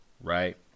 Right